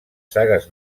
sagues